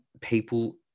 people